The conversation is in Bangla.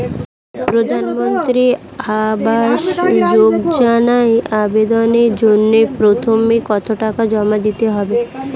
প্রধানমন্ত্রী আবাস যোজনায় আবেদনের জন্য প্রথমে কত টাকা জমা দিতে হবে?